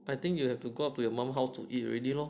then I think you have to go up to your mom how to eat already loh